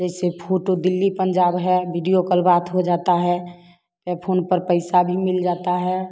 जैसे फोटो दिल्ली पंजाब है video call बात हो जाता है पे फोन पर पईसा भी मिल जाता है